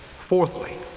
Fourthly